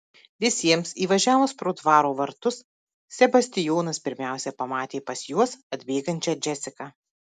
visiems įvažiavus pro dvaro vartus sebastijonas pirmiausia pamatė pas juos atbėgančią džesiką